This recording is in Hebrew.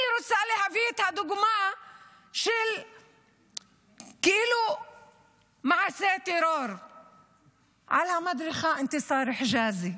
אני רוצה להביא דוגמה של כאילו מעשה טרור של המדריכה אנתסאר חג'אזי.